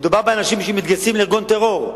מדובר באנשים שמתגייסים לארגון טרור,